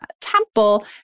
temple